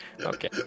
Okay